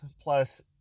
plus